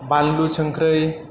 बानलु संख्रै